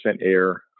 air